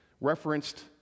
referenced